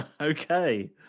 Okay